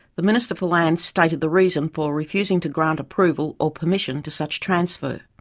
the minister for lands stated the reason for refusing to grant approval or permission to such transfer.